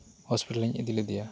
ᱦᱚᱥᱯᱤᱴᱟᱞᱤᱧ ᱤᱫᱤ ᱞᱮᱫᱮᱭᱟ